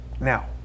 Now